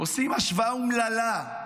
עושים השוואה אומללה.